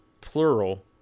plural